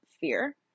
fear